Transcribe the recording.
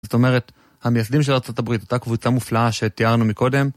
זאת אומרת, המייסדים של ארצות הברית, אותה קבוצה מופלאה שתיארנו מקודם הם דוגמא טובה להביא לנו